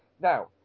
Now